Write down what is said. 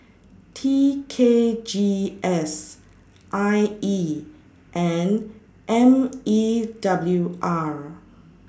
T K G S I E and M E W R